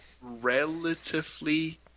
relatively